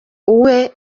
uwe